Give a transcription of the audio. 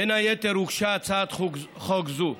בין היתר הוגשה הצעת חוק זו.